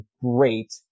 great